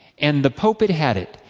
and the pope had had it.